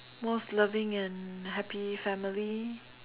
most loving and happy family